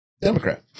Democrat